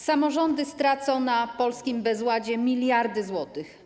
Samorządy stracą na polskim bezładzie miliardy złotych.